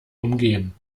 umgehen